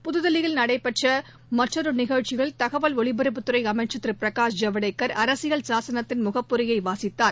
புதுதில்லியில் நடைபெற்ற மற்றொரு நிகழ்ச்சியல் தகவல் ஒலிபரப்புத்துறை அமைச்சர் திரு பிரகாஷ் ஜவடேக்கர் அரசியல் சாசனத்தின் முகப்புரையை வாசித்தார்